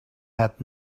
had